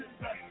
back